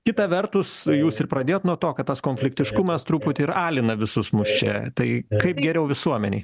kita vertus jūs ir pradėjot nuo to kad tas konfliktiškumas truputį ir alina visus mus čia tai kaip geriau visuomenei